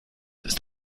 ist